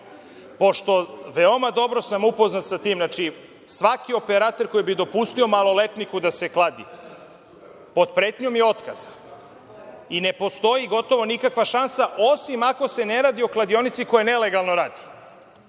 pošto sam veoma dobro upoznat sa tim, svaki operater koji bi dopusti maloletniku da se kladi pod pretnjom je otkaza i ne postoji gotovo nikakva šansa, osim ako se ne radi o kladionici koja nelegalno radi,